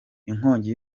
inkongi